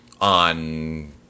on